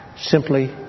Simply